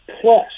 plus